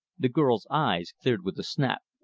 the girl's eyes cleared with a snap.